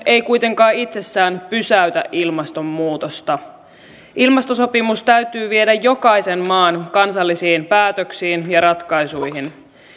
ei kuitenkaan itsessään pysäytä ilmastonmuutosta ilmastosopimus täytyy viedä jokaisen maan kansallisiin päätöksiin ja ratkaisuihin